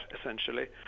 essentially